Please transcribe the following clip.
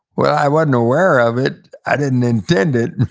well, i wasn't aware of it. i didn't intend it,